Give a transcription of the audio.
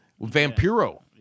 vampiro